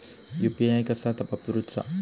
UPI कसा वापरूचा?